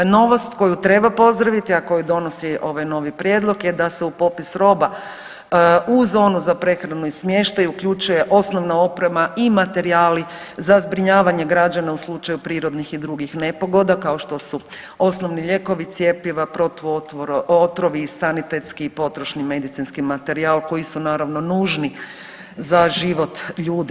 Novost koju treba pozdraviti, a koju donosi ovaj novi prijedlog je da se u popis roba uz onu za prehranu i smještaj uključuje osnovna oprema i materijali za zbrinjavanje građana u slučaju prirodnih i drugih nepogoda kao što su osnovni lijekovi, cjepiva, protuotrovi i sanitetski i potrošni medicinski materijal koji su naravno nužni za život ljudi.